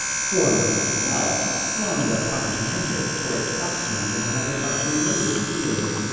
for myself, long a propagandist for its doctrines in another but related field,